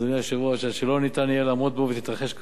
עד שלא יהיה אפשר לעמוד בו ותתרחש קריסה כוללת.